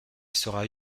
sera